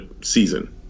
season